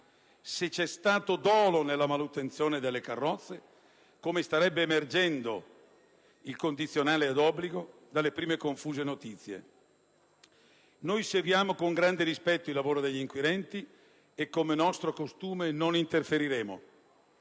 vi sono state colpe nella manutenzione delle carrozze, come starebbe emergendo - il condizionale è d'obbligo - dalle prime confuse notizie. Seguiamo con grande rispetto il lavoro degli inquirenti e, come nostro costume, non interferiremo.